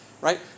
right